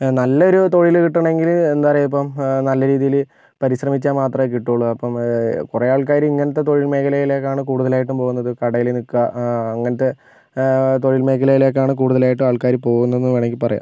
നല്ലൊരു തൊഴിൽ കിട്ടണമെങ്കിൽ എന്താ പറയുക ഇപ്പം നല്ല രീതിയിൽ പരിശ്രമിച്ചാൽ മാത്രമേ കിട്ടുകയുള്ളൂ അപ്പം കുറേ ആൾക്കാർ ഇങ്ങനത്തെ തൊഴിൽ മേഖലയിലേക്കാണ് കൂടുതലായിട്ടും പോകുന്നത് കടയിൽ നിൽക്കുക അങ്ങനത്തെ തൊഴിൽ മേഖലയിലേക്കാണ് കൂടുതലായിട്ട് ആൾക്കാർ പോകുന്നതെന്ന് വേണമെങ്കിൽ പറയാം